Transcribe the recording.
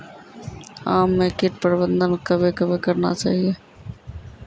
आम मे कीट प्रबंधन कबे कबे करना चाहिए?